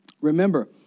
Remember